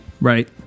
Right